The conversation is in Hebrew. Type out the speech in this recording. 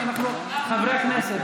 אתה לא תקרא לי ככה.